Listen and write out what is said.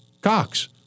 Cox